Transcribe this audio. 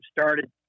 started